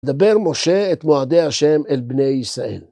דבר משה את מועדי השם אל בני ישראל.